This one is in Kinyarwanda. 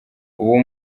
ubu